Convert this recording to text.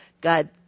God